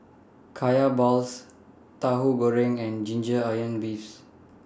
Kaya Balls Tauhu Goreng and Ginger Onions beefs